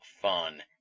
fun